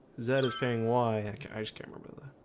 that is paying why i just camera brother